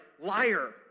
liar